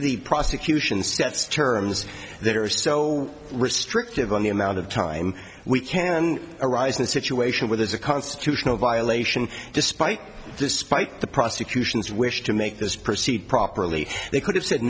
the prosecution sets terms that are so restrictive on the amount of time we can arise in a situation where there's a constitutional violation despite despite the prosecution's wish to make this proceed properly they could have said